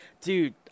Dude